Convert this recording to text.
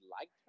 liked